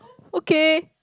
okay